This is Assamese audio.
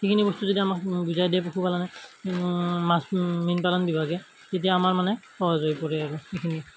সেইখিনি বস্তু যদি আমাক বুজাই দিয়ে পশুপালনে মাছ মীনপালন বিভাগে তেতিয়া আমাৰ মানে সহজ হৈ পৰে আৰু এইখিনিয়ে